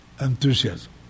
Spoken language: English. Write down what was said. enthusiasm